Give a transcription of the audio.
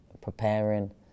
preparing